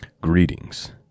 Greetings